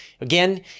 Again